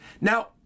Now